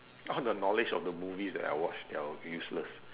all the knowledge of the movies that I watch that will be useless